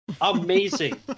amazing